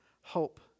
hope